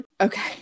Okay